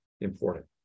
important